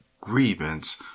grievance